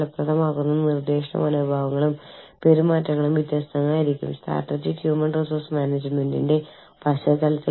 വിവിധ തരം അന്താരാഷ്ട്ര അസൈനികൾക്കും കുടുംബങ്ങൾക്കും ബിസിനസ്സ് യാത്രക്കാർക്കും വേണ്ടിയുള്ള ട്രാക്കിംഗ് വിസകൾ പുതുക്കുന്നതിനുള്ള ഷെഡ്യൂളുകൾ മുതലായവ